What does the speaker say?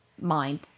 mind